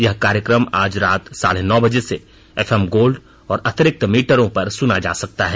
यह कार्यक्रम आज रात साढ़े नौ बजे से एफएम गोल्ड और अतिरिक्त मीटरों पर सुना जा सकता है